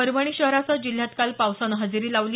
परभणी शहरासह जिल्ह्यात काल पावसानं हजेरी लावली